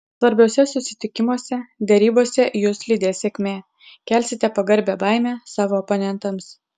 svarbiuose susitikimuose derybose jus lydės sėkmė kelsite pagarbią baimę savo oponentams